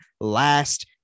last